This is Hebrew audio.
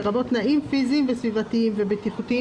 לרבות תנאים פיסיים וסביבתיים ובטיחותיים